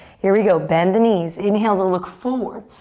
here we go, bend the knees. inhale to look forward.